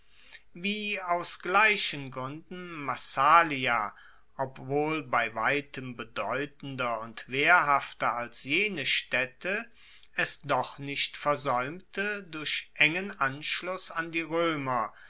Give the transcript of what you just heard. wie aus gleichen gruenden massalia obwohl bei weitem bedeutender und wehrhafter als jene staedte es doch nicht versaeumte durch engen anschluss an die roemer